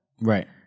Right